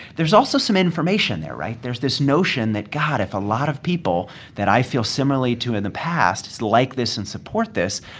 there's also some information there, right? there's this notion that, god, if a lot of people that i feel similarly to in the past like this and support this,